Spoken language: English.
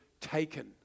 taken